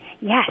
Yes